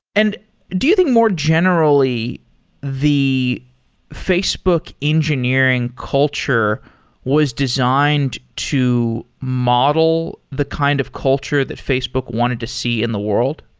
and do you think more generally the facebook engineering culture was designed to model the kind of culture that facebook wanted to see in the world?